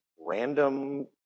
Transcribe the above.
random